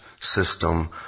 system